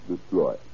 destroy